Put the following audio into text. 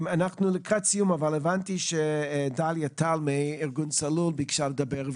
אנחנו לקראת סיום אבל הבנתי שדליה טל מארגון צלול ביקשה לדבר.